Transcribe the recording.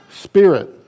Spirit